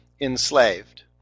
enslaved